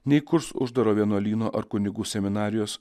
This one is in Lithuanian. neįkurs uždaro vienuolyno ar kunigų seminarijos